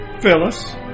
Phyllis